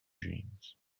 dreams